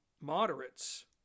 moderates